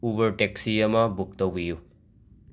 Uber taxi ꯑꯃ book ꯇꯧꯕꯤꯌꯨ